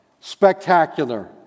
spectacular